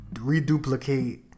reduplicate